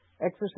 exercise